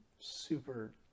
super